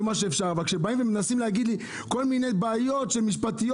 אבל כשמנסים להגיד לי על כל מיני בעיות משפטיות,